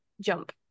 jump